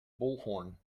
bullhorn